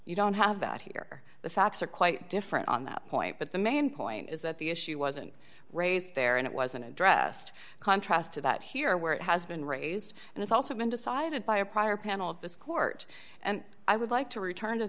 you don't have that here the facts are quite different on that point but the main point is that the issue wasn't raised there and it wasn't addressed contrast to that here where it has been raised and it's also been decided by a prior panel of this court and i would like to return to